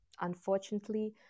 unfortunately